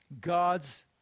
God's